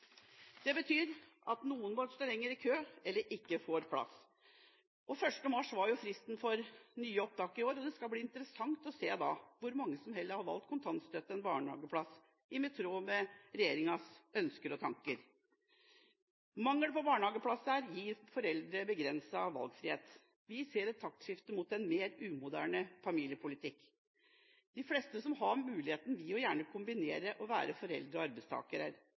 Det betyr at noen må stå lenger i kø eller ikke får plass. 1. mars var fristen for nye opptak i år, og det skal bli interessant å se hvor mange som heller har valgt kontantstøtte enn barnehageplass, i tråd med regjeringas ønsker og tanker. Mangel på barnehageplasser gir foreldre begrenset valgfrihet. Vi ser et taktskifte mot en mer umoderne familiepolitikk. De fleste som har muligheten, vil gjerne kombinere det å være